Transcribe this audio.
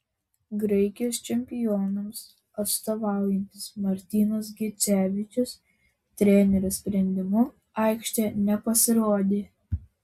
graikijos čempionams atstovaujantis martynas gecevičius trenerio sprendimu aikštėje nepasirodė